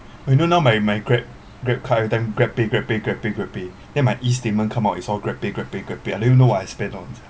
you know now my my grab grabcar everytime grabpay grabpay grabpay grabpay then my E statement come out is all grabpay grabpay grabpay I didn't know what I spend on